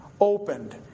opened